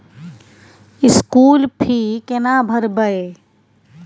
School fee केना भरबै?